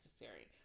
necessary